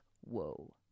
whoa